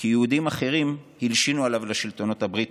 כי יהודים אחרים הלשינו עליו לשלטונות הבריטיים,